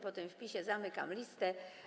Po tym wpisie zamykam listę.